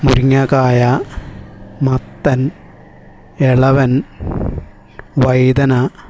മുരിങ്ങക്കായ മത്തൻ ഇളവൻ വഴുതന